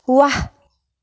वाह